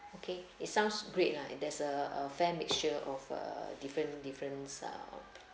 okay it sounds great lah there's a a fair mixture of uh different difference ah